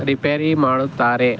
repair ಮಾಡುತ್ತಾರೆ